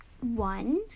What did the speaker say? One